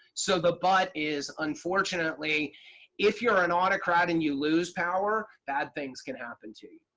so the butt is unfortunately if you're an autocrat and you lose power, bad things can happen to you.